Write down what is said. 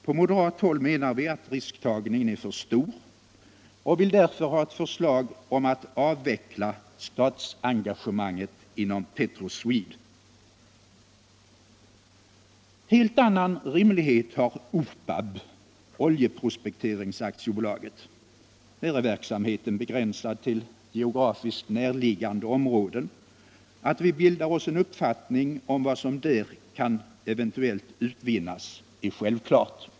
På moderat håll menar vi att risktagningen är för stor, och vi vill därför ha ett förslag om avveckling av statsengagemanget inom Petroswede AB. En helt annan rimlighet har OPAB, Oljeprospektering AB. Här är verksamheten begränsad till geografiskt närliggande områden. Att vi vill bilda oss en uppfattning om vad som där kan utvinnas är självklart.